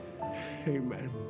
Amen